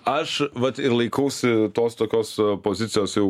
aš vat ir laikausi tos tokios pozicijos jau